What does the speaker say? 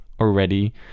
already